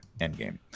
Endgame